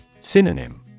Synonym